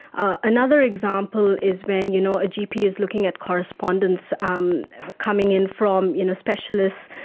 ah another example is when you know a gp is looking at correspondence um coming in from you know specialists,